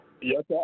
Yes